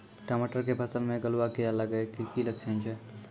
टमाटर के फसल मे गलुआ कीड़ा लगे के की लक्छण छै